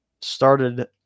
started